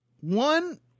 one